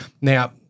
Now